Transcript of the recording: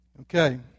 Okay